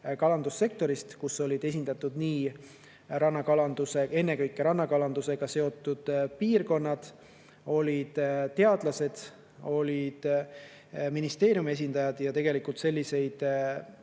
kalandussektorist. Esindatud olid ennekõike rannakalandusega seotud piirkonnad, olid ka teadlased ja ministeeriumi esindajad. Tegelikult selliseid